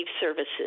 services